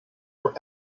were